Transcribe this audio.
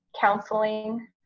Counseling